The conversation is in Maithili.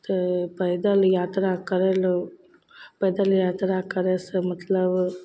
तऽ पैदल यात्रा करय लए पैदल यात्रा करयसँ मतलब